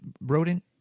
rodent